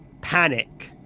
panic